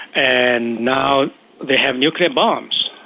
and now they have nuclear bombs,